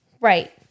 Right